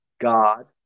God